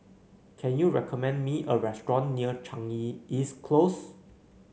can you recommend me a restaurant near Chanyi East Close